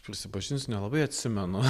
prisipažinsiu nelabai atsimenu